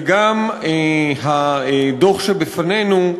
וגם הדוח שבפנינו,